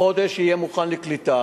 חודש יהיה מוכן לקליטה,